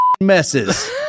messes